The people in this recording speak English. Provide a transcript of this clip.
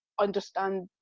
understand